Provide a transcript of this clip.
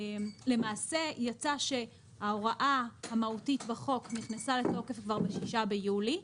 למעשה יצא שההוראה המהותית בחוק נכנסה לתוקף כבר ב-6 ביולי,